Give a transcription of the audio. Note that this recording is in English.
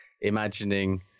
imagining